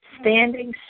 standing